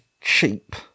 cheap